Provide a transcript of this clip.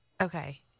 Okay